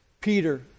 Peter